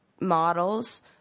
models